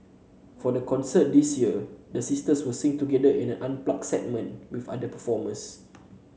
for the concert this year the sisters will sing together in an unplugged segment with other performers